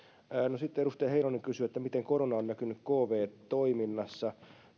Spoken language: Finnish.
edustaja heinonen kysyi miten korona on näkynyt kv toiminnassa